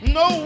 no